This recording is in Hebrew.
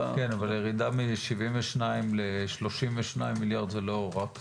אבל הירידה מ-72 ל-32 מיליארד זה לא רק זה.